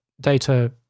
data